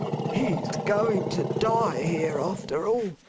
he's going to die here, after all.